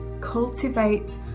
cultivate